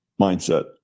mindset